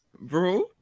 bro